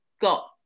got